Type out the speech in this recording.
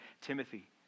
Timothy